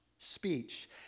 speech